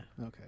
Okay